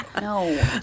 No